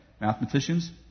Mathematicians